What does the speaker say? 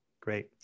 Great